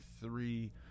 three